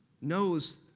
knows